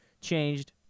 changed